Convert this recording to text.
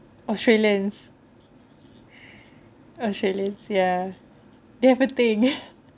australians australians ya they have a thing